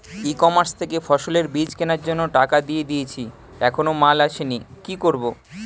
E commerce থেকে ফসলের বীজ কেনার জন্য টাকা দিয়ে দিয়েছি এখনো মাল আসেনি কি করব?